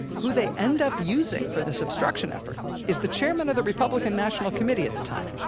who they end up using for this obstruction effort is the chairman of the republican national committee at the time.